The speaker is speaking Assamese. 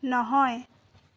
নহয়